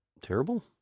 terrible